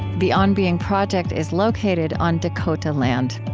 the on being project is located on dakota land.